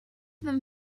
them